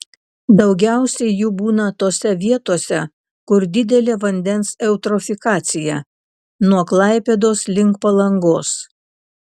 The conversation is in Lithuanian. daugiausiai jų būna tose vietose kur didelė vandens eutrofikacija nuo klaipėdos link palangos